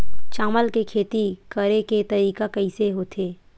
चावल के खेती करेके तरीका कइसे होथे?